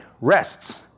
rests